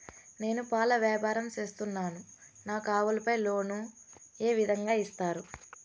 నేను పాల వ్యాపారం సేస్తున్నాను, నాకు ఆవులపై లోను ఏ విధంగా ఇస్తారు